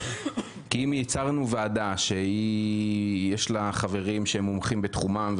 כי אם הצהרנו: ועדה שיש לה חברים שהם מומחים בתחומים,